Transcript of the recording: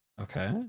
Okay